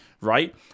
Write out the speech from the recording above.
right